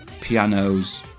pianos